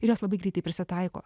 ir jos labai greitai prisitaiko